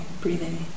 breathing